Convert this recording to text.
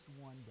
one